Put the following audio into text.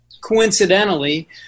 coincidentally